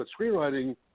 screenwriting